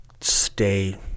stay